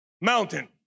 mountain